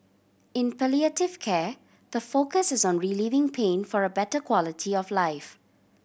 in palliative care the focus is on relieving pain for a better quality of life